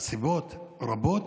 מסיבות רבות,